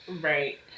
Right